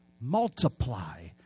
Multiply